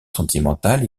sentimentale